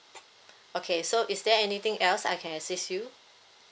okay so is there anything else I can assist you